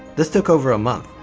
this took over a month.